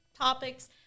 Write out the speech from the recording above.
topics